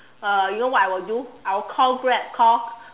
uh you know what I will do I will call Grab call